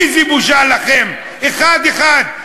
איזה בושה לכם, אחד-אחד.